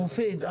מופיד,